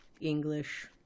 English